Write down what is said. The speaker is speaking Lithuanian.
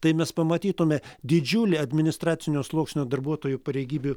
tai mes pamatytume didžiulį administracinio sluoksnio darbuotojų pareigybių